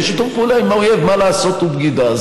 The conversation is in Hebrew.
ושיתוף פעולה עם האויב, מה לעשות, הוא בגידה.